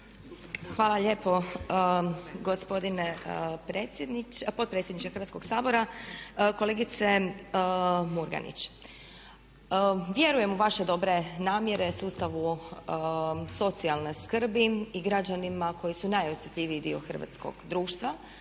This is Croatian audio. Hvala lijepo gospodine potpredsjedniče Hrvatskoga sabora. Kolegice Murganić, vjerujem u vaše dobre namjere, sustavu socijalne skrbi i građanima koji su najosjetljiviji dio hrvatskog društva